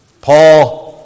Paul